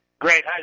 Great